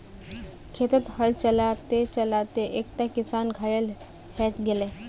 खेतत हल चला त चला त एकता किसान घायल हय गेले